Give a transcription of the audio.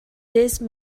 these